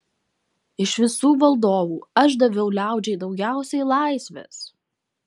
iš visų valdovų aš daviau liaudžiai daugiausiai laisvės